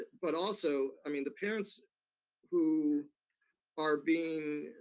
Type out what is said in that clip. but also, i mean, the parents who are being,